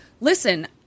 listen